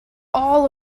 all